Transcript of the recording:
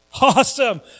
Awesome